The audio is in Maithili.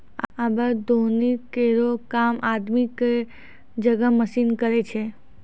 आबे दौनी केरो काम आदमी क जगह मसीन करै छै